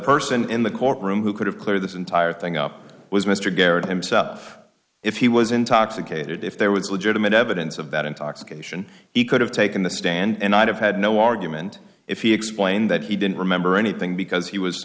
person in the courtroom who could have cleared this entire thing up was mr garrett himself if he was intoxicated if there was legitimate evidence of that intoxication he could have taken the stand and i'd have had no argument if he explained that he didn't remember anything because he was